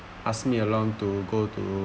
ask me along to go to